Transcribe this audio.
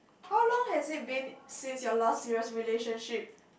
how long has it been since your last year relationship